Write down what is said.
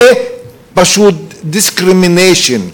זה פשוט discrimination,